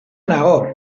nago